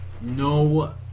no